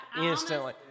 instantly